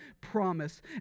promise